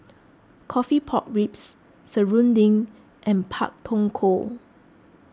Coffee Pork Ribs Serunding and Pak Thong Ko